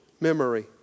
memory